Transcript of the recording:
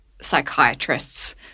psychiatrists